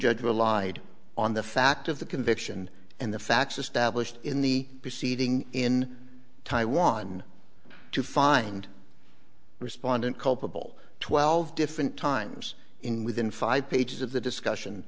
judge relied on the fact of the conviction and the facts established in the proceeding in taiwan to find respondent culpable twelve different times in within five pages of the discussion